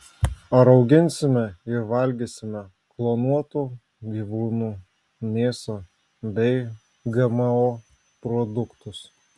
ar auginsime ir valgysime klonuotų gyvūnų mėsą bei gmo produktus